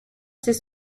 ses